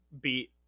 beat